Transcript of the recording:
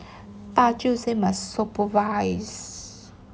大舅 say must supervise